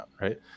right